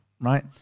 right